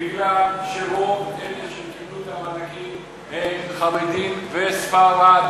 לך את זה: כי רוב אלה שקיבלו את המענקים הם חרדים וספרדים.